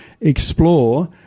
explore